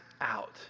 out